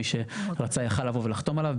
מי שרצה יכול היה לבוא ולחתום עליו.